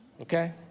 okay